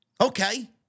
Okay